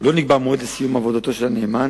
כפי שהובטח,